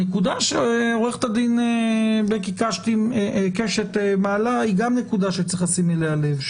הנקודה שעו"ד בקי קשת מעלה היא גם נקודה שצריך לשים אליה לב,